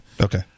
Okay